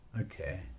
Okay